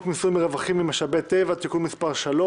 מיסוי רווחים ממשאבי טבע (תיקון מס' 3),